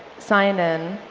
sign-in,